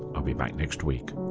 i'll be back next week